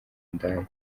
ndaya